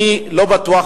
אני לא בטוח,